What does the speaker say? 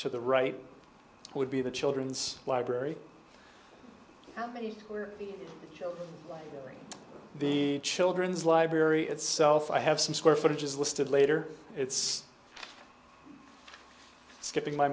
to the right would be the children's library how many are in the children's library itself i have some square footage is listed later it's skipping my